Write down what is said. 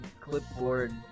clipboard